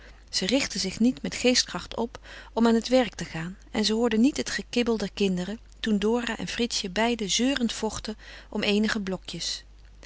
ze richtte zich niet met geestkracht op om aan het werk te gaan en ze hoorde niet het gekibbel der kinderen toen dora en fritsje beiden zeurend vochten om eenige blokjes